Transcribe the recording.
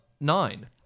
nine